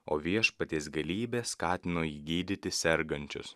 o viešpaties galybė skatino jį gydyti sergančius